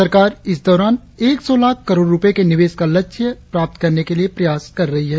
सरकार इस दौरान एक सौ लाख़ करोड़ रुपये के निवेश का लक्ष्य प्राप्त करने के प्रयास कर रही है